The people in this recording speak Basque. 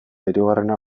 hirugarrena